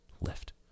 lift